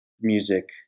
music